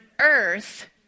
earth